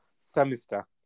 semester